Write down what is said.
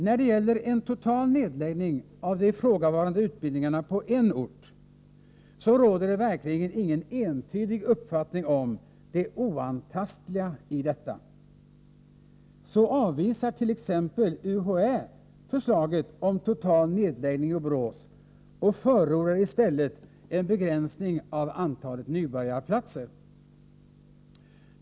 När det gäller en total nedläggning av de ifrågavarande utbildningarna på en ort, så råder det verkligen ingen entydig uppfattning om det oantastliga i detta. Så avvisar t.ex. UHÄ förslaget om en total nedläggning i Borås och förordar i stället en begränsning av antalet nybörjarplatser.